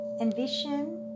Envision